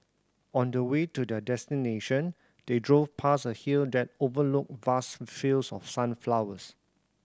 on the way to their destination they drove past a hill that overlooked vast fields of sunflowers